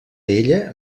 ella